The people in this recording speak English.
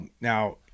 Now